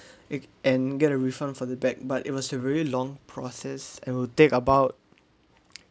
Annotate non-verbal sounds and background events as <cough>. <noise> and get a refund for the bag but it was a very long process and will take about